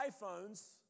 iPhones